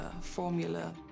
formula